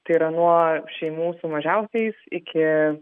tai yra nuo šeimų su mažiausiais iki